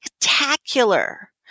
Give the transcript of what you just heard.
spectacular